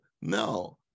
no